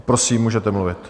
A prosím, můžete mluvit.